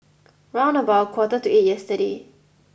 round about a quarter to eight yesterday